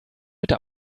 bitte